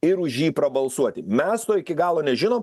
ir už jį prabalsuoti mes to iki galo nežinom